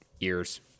ears